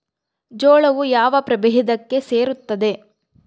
ಜೋಳವು ಯಾವ ಪ್ರಭೇದಕ್ಕೆ ಸೇರುತ್ತದೆ?